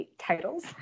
titles